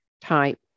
type